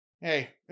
Hey